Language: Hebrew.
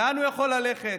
לאן הוא יכול ללכת.